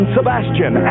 Sebastian